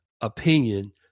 opinion